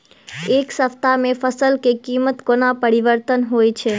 एक सप्ताह मे फसल केँ कीमत कोना परिवर्तन होइ छै?